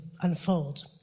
unfold